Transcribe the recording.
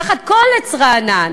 תחת כל עץ רענן